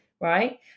right